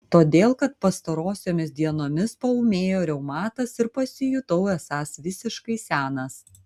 todėl kad pastarosiomis dienomis paūmėjo reumatas ir pasijutau esąs visiškai senas